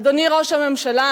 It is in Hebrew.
אדוני ראש הממשלה,